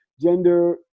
gender